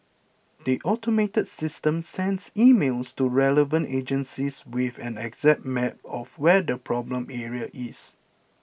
the automated system sends emails to relevant agencies with an exact map of where the problem area is